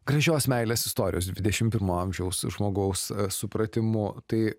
gražios meilės istorijos dvidešim pirmo amžiaus žmogaus supratimu tai